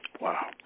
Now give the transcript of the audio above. Wow